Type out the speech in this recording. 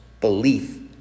belief